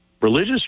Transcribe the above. religious